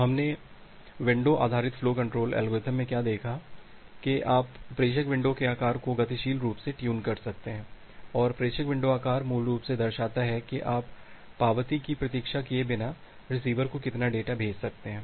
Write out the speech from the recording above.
तो हमने विंडो आधारित फ्लो कंट्रोल एल्गोरिदम में क्या देखा है कि आप प्रेषक विंडो के आकार को गतिशील रूप से ट्यून कर सकते हैं और प्रेषक विंडो आकार मूल रूप से दर्शाता है कि आप पावती की प्रतीक्षा किए बिना रिसीवर को कितना डेटा भेज सकते हैं